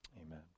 Amen